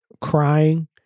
crying